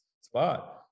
spot